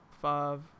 five